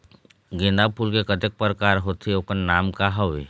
गेंदा फूल के कतेक प्रकार होथे ओकर नाम का हवे?